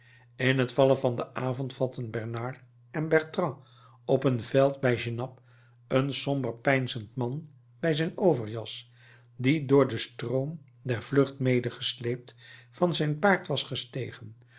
in t vallen van den avond vatten bernard en bertrand op een veld bij genappe een somber peinzend man bij zijn overjas die door den stroom der vlucht medegesleept van zijn paard was gestegen